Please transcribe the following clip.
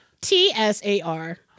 T-S-A-R